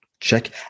Check